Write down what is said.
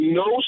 no